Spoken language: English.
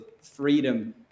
freedom